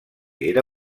era